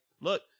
look